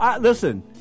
Listen